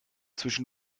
zwischen